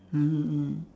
mmhmm mm